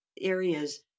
areas